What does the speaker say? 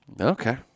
Okay